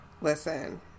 Listen